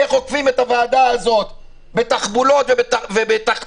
איך עוקפים את הוועדה הזאת בתחבולות ובתחמונים,